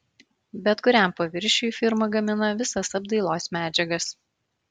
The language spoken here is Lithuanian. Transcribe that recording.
bet kuriam paviršiui firma gamina visas apdailos medžiagas